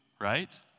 right